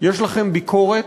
יש לכם ביקורת,